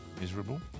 miserable